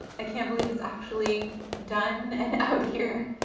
i can't believe it's actually done and out here!